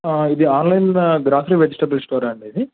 ఇది online grocery vegetable స్టోరా అండి ఇది